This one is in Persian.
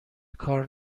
کار